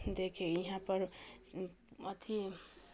देखे इहाँपर अथी